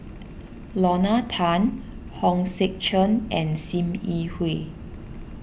Lorna Tan Hong Sek Chern and Sim Yi Hui